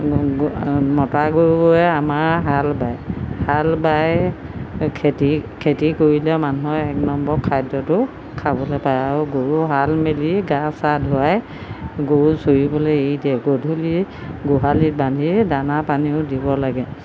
মতা গৰুৱে আমাৰ হাল বায় হাল বাই খেতি খেতি কৰিলে মানুহে এক নম্বৰ খাদ্যতো খাবলৈ পাই আৰু গৰুহাল মেলি গা চা ধুৱাই গৰু চৰিবলৈ এৰি দিয়ে গধূলি গোহালিত বান্ধি দানা পানীয়ো দিব লাগে